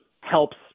helps